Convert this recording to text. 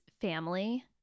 family